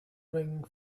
ring